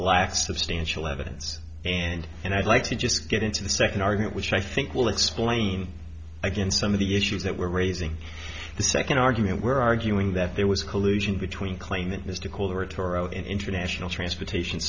lacks substantial evidence and and i'd like to just get into the second argument which i think will explain again some of the issues that we're raising the second argument were arguing that there was collusion between claim that mr kohler atauro and international transportation